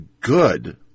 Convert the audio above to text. good